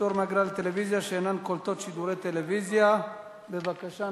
פטור מאגרה לטלוויזיות שאינן קולטות שידורי טלוויזיה) בבקשה.